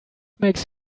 makes